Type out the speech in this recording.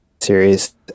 series